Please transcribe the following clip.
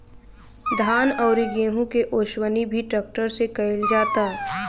धान अउरी गेंहू के ओसवनी भी ट्रेक्टर से ही कईल जाता